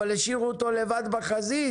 אבל השאירו אותו לבד בחזית,